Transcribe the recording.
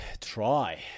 try